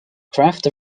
craft